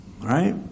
Right